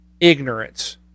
Ignorance